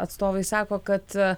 atstovai sako kad